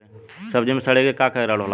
सब्जी में सड़े के का कारण होला?